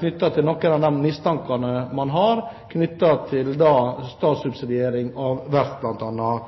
til noen av de mistankene man har om statssubsidiering av verft, bl.a.?